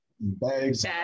Bags